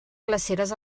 glaceres